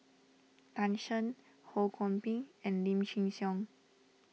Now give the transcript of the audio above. Tan Shen Ho Kwon Ping and Lim Chin Siong